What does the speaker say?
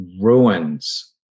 ruins